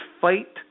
Fight